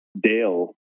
Dale